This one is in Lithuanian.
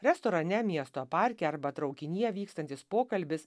restorane miesto parke arba traukinyje vykstantis pokalbis